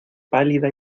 pálida